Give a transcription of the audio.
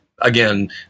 again